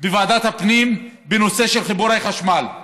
בוועדת הפנים בנושא של חיבורי חשמל.